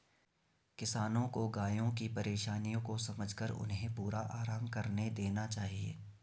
किसानों को गायों की परेशानियों को समझकर उन्हें पूरा आराम करने देना चाहिए